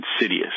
insidious